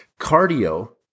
Cardio